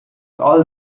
all